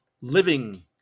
living